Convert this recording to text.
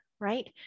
right